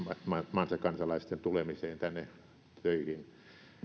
maansa kansalaisten tulemiseen tänne töihin